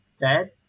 dad